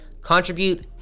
contribute